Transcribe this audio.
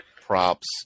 props